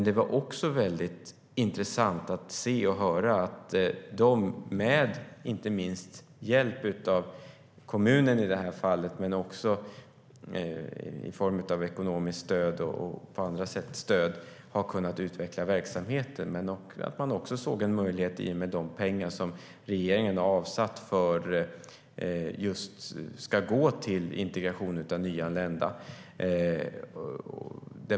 Det var också väldigt intressant att se och höra att de med hjälp av inte minst i det här fallet kommunen men också av ekonomiskt stöd och stöd på andra sätt har kunnat utveckla verksamheten. Man såg också en möjlighet i och med de pengar som regeringen har avsatt och som ska gå till integration av nyanlända.